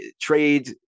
trade